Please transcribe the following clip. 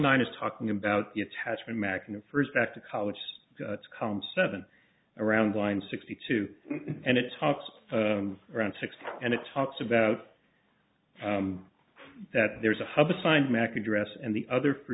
nine is talking about the attachment makin the first back to college to come seven around wind sixty two and it talks around sixty and it talks about that there's a hub assigned mac address and the other for